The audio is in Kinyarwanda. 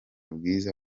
bwiza